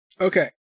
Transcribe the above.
Okay